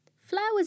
Flowers